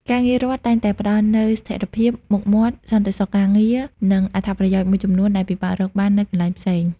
ការងាររដ្ឋតែងតែផ្តល់នូវស្ថិរភាព មុខមាត់ សន្តិសុខការងារ និងអត្ថប្រយោជន៍មួយចំនួនដែលពិបាករកបាននៅកន្លែងផ្សេង។